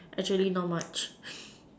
actually not much